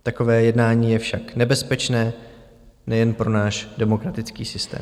Takové jednání je však nebezpečné nejen pro náš demokratický systém.